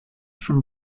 from